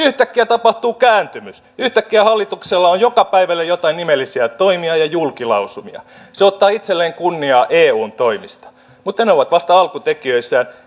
yhtäkkiä tapahtuu kääntymys yhtäkkiä hallituksella on joka päivälle jotain nimellisiä toimia ja julkilausumia se ottaa itselleen kunniaa eun toimista mutta ne ovat vasta alkutekijöissään